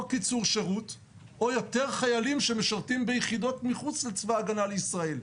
או קיצור שירות או יותר חיילים שמשרתים ביחידות מחוץ לצבא ההגנה לישראל,